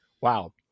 Wow